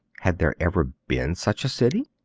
had there ever been such a city?